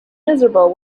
miserable